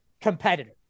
competitor